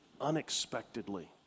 unexpectedly